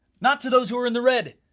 not to those who are in the red,